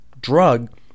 drug